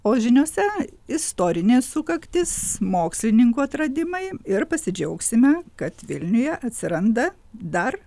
o žiniose istorinė sukaktis mokslininkų atradimai ir pasidžiaugsime kad vilniuje atsiranda dar